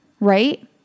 right